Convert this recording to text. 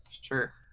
Sure